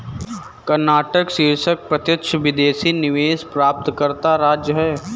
कर्नाटक शीर्ष प्रत्यक्ष विदेशी निवेश प्राप्तकर्ता राज्य है